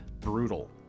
Brutal